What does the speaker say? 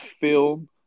film